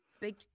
big